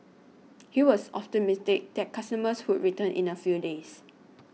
he was optimistic that customers would return in a few days